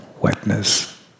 wetness